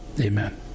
Amen